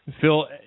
Phil